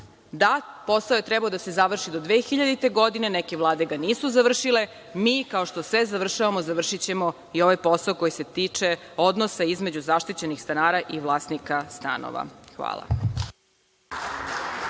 Da, posao je trebao da se završi do 2000. godine. Neke Vlade ga nisu završile, mi, kao što sve završavamo, završićemo i ovaj posao koji se tiče odnosa između zaštićenih stanara i vlasnika stanova. Hvala.